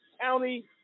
county